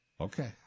Okay